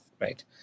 right